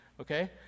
okay